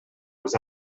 was